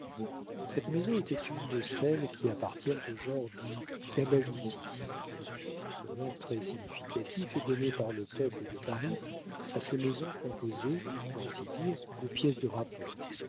cette maison était une de celles qui appartiennent au genre dit cabajoutis ce nom très significatif est donné par le peuple de paris à ces maisons composées pour ainsi dire de pièces de rapport